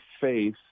faith